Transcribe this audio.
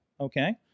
Okay